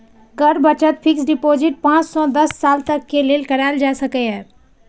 कर बचत fixed deposit पांच सं दस साल तक लेल कराएल जा सकैए